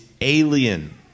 alien